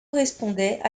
correspondait